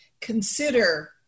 consider